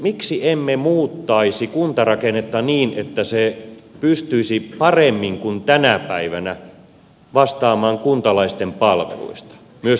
miksi emme muuttaisi kuntarakennetta niin että se pystyisi paremmin kuin tänä päivänä vastaamaan kuntalaisten palveluista myös tulevaisuudessa